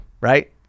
right